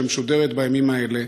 שמשודרת בימים האלה.